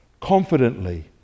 confidently